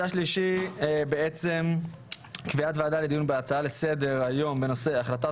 סדר-היום: קביעת ועדה לדיון בהצעה לסדר היום בנושא: "החלטת